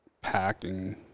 packing